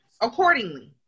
accordingly